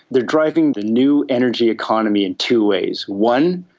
they are driving the new energy economy in two ways. one,